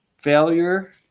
failure